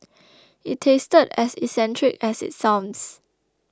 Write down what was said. it tasted as eccentric as it sounds